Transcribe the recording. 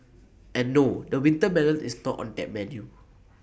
and no the winter melon is not on that menu